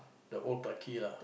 the old Clarke-Quay lah